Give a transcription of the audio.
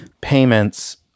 payments